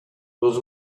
was